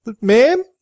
ma'am